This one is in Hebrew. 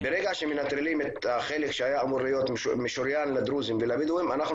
ברגע שמנטרלים את החלק שהיה אמור להיות משוריין לדרוזים ולבדואים אנחנו